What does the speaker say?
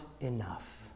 enough